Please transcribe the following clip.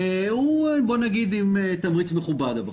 הוא עם תמריץ מכובד הבחור.